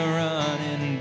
running